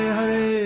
Hare